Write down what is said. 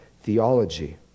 theology